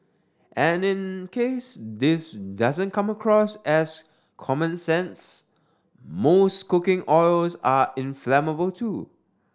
and in case this doesn't come across as common sense most cooking oils are inflammable too